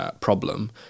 problem